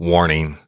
Warning